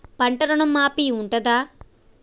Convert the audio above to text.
పంట ఋణం మాఫీ ఉంటదా?